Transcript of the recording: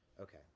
okay